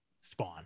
Spawn